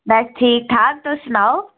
बस ठीक ठाक तुस सनाओ